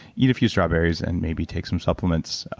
eat a few strawberries and maybe take some supplements,